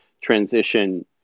transition